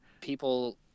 people